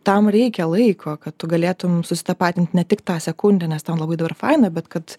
tam reikia laiko kad tu galėtum susitapatinti ne tik tą sekundę nes ten labai dabar faina bet kad